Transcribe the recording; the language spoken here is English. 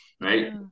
Right